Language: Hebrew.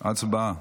הצבעה.